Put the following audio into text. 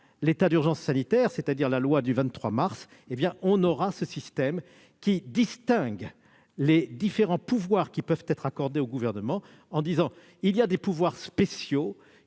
l'état d'urgence sanitaire, c'est-à-dire la loi du 23 mars 2020, ce système qui distingue les différents pouvoirs qui peuvent être accordés au Gouvernement s'appliquera. Certains pouvoirs spéciaux